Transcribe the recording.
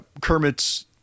Kermit's